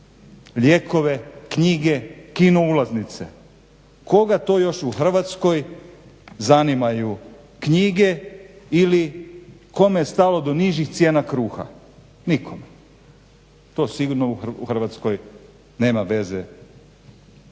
lijekove, knjige, kino ulaznice, koga to još u Hrvatskoj zanimaju knjige ili kome je stalo do nižih cijena kruha? Nikome. To sigurno u Hrvatskoj nema veze.